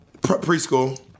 Preschool